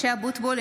(קוראת בשמות חברי הכנסת) משה אבוטבול,